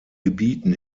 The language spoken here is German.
gebieten